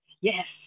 Yes